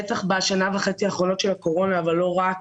בטח בשנה וחצי האחרונות של הקורונה אבל לא רק,